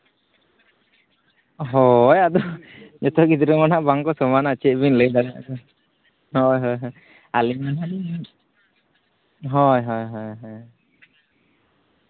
ᱦᱳᱭ ᱟᱫᱚ ᱡᱚᱛᱚ ᱜᱤᱫᱽᱨᱟᱹ ᱢᱟ ᱱᱟᱜ ᱵᱟᱝᱠᱚ ᱥᱚᱢᱟᱱᱟ ᱪᱮᱫ ᱵᱤᱱ ᱞᱟᱹᱭ ᱫᱟᱲᱮᱭᱟᱜᱼᱟ ᱟᱫᱚ ᱦᱳᱭ ᱦᱳᱭ ᱦᱳᱭ ᱟᱹᱞᱤᱧ ᱢᱟ ᱱᱟᱜ ᱞᱤᱧ ᱦᱳᱭ ᱦᱳᱭ ᱦᱳᱭ